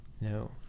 No